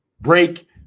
Break